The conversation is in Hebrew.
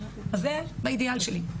זה באידיאל שלי.